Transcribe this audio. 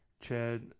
Chad